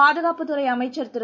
பாதுகாப்புத் துறை அமைச்சர் திரு